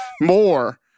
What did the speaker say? more